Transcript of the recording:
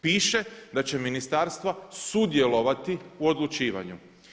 Piše da će ministarstva sudjelovati u odlučivanju.